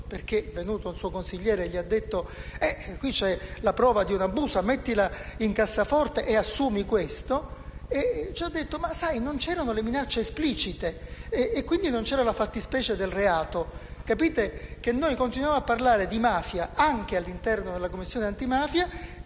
perché è venuto un suo consigliere e gli ha detto: «Qui c'è la prova di un abuso. Mettila in cassaforte e assumi questo». Questo sindaco ci ha detto: «Ma, sai, non c'erano le minacce esplicite e quindi non c'era la fattispecie del reato». Capite che noi continuiamo a parlare di mafia, anche all'interno della Commissione antimafia,